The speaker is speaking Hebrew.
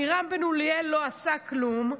עמירם בן אוליאל לא עשה כלום.